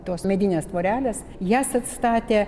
tos medinės tvorelės jas atstatė